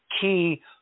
key